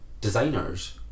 designers